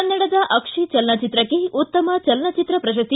ಕನ್ನಡದ ಅಕ್ಷಿ ಚಲನಚಿತ್ರಕ್ಕೆ ಉತ್ತಮ ಚಲನಚಿತ್ರ ಪ್ರಶಸ್ತಿ